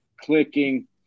clicking